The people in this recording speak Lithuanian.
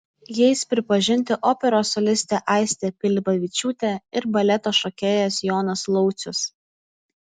jais pripažinti operos solistė aistė pilibavičiūtė ir baleto šokėjas jonas laucius